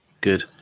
Good